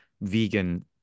vegan